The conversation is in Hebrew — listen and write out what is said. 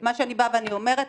מה שאני באה ואני אומרת,